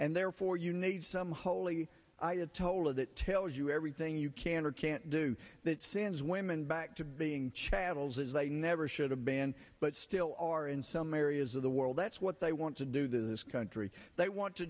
and therefore you need some holy ayatollah that tells you everything you can or can't do that since women back to being chattels as they never should have been but still are in some areas of the world that's what they want to do this country they want to